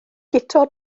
guto